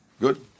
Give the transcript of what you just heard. Good